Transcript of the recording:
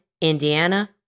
Indiana